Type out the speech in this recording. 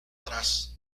harás